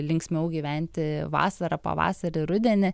linksmiau gyventi vasarą pavasarį rudenį